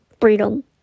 freedom